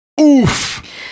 oof